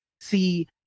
see